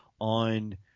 on –